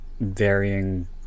varying